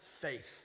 faith